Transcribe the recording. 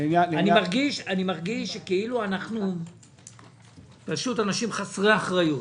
אני מרגיש שאנחנו כאילו אנשים חסרי אחריות.